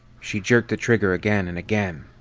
she jerked the trigger again and again.